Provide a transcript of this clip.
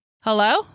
Hello